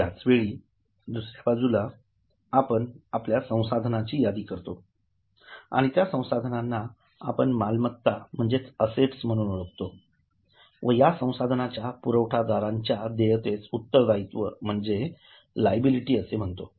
याच वेळी दुसऱ्या बाजूला आपण आपल्या संसाधनांची यादी करतो आणि त्या संसाधांना आपण मालमत्ता म्हणजे असेटस म्हणून ओळखतो व या संसाधनाच्या पुरवठादाराची देयतेस उत्तरदायित्व म्हणजे लायबिलिटी म्हणतो